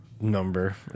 Number